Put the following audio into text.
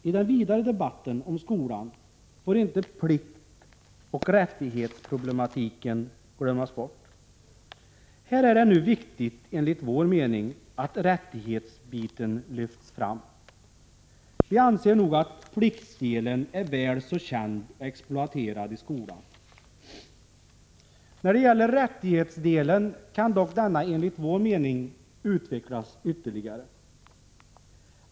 I den vidare debatten om skolan får inte pliktoch rättighetsproblematiken glömmas bort. Här är det nu viktigt enligt vår mening att rättighetsbiten lyfts fram. Vi anser nog att pliktdelen är väl så känd och exploaterad i skolan. När det gäller rättighetsdelen kan dock denna enligt vår mening utvecklas ytterligare.